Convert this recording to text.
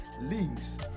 links